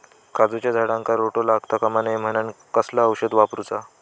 काजूच्या झाडांका रोटो लागता कमा नये म्हनान कसला औषध वापरूचा?